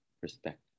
perspective